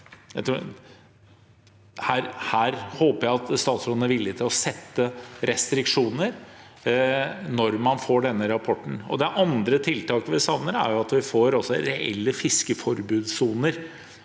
Jeg håper statsråden er villig til å sette restriksjoner når man får denne rapporten. Andre tiltak vi savner, er å få reelle fiskeforbudssoner